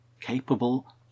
Capable